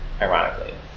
ironically